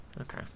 Okay